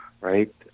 right